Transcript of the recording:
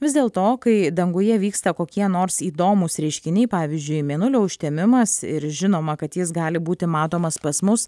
vis dėlto kai danguje vyksta kokie nors įdomūs reiškiniai pavyzdžiui mėnulio užtemimas ir žinoma kad jis gali būti matomas pas mus